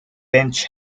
bench